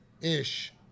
ish